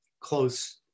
close